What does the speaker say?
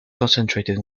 concentrated